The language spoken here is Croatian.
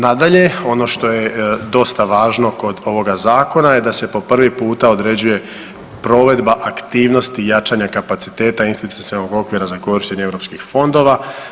Nadalje ono što je dosta važno kod ovoga Zakona je da se po prvi puta određuje provedba aktivnosti jačanja kapaciteta institucionalnog okvira za korištenje europskih fondova.